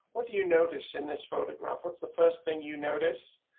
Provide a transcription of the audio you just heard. what do you notice in this photograph. what's the first thing you notice,